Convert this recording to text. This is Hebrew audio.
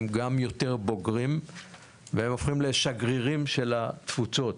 הם גם יותר בוגרים והם הופכים לשגרירים של התפוצות,